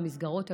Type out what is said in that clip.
במסגרות הקיימות,